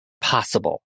possible